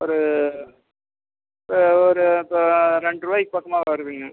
ஒரு ஒரு இப்போ ரெண்டு ரூபாய்க்கு பக்கமாக வருதுங்க